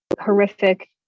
horrific